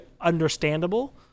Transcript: understandable